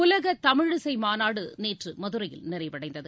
உலகதமிழிசைமாநாடுநேற்றுமதுரையில் நிறைவடைந்தது